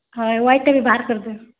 ହଁ ଇ ହ୍ୱାଇଟ୍ଟା ବି ବାହାର୍ କରିଦିଅ